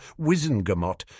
Wizengamot